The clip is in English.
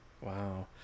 Wow